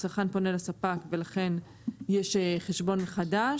בסעיף (ג) הצרכן פונה לספק ולכן יש חשבון חדש,